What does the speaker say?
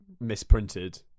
misprinted